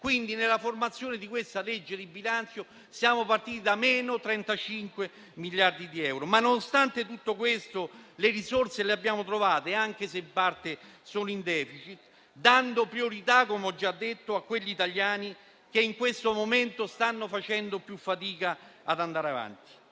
europea. Nella formazione di questa manovra di bilancio siamo quindi partiti da -35 miliardi di euro; nonostante tutto questo, però, le risorse le abbiamo trovate, anche se in parte sono in *deficit*, dando priorità, come ho già detto, agli italiani che in questo momento stanno facendo più fatica ad andare avanti.